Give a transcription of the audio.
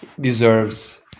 deserves